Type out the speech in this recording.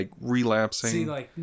relapsing